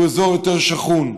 שהוא אזור יותר שחון.